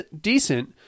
decent